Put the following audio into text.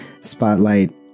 spotlight